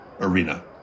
arena